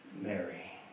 Mary